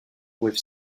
with